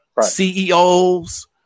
CEOs